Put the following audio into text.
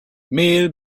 mel